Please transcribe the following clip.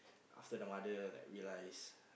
after the mother like realise